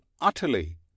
utterly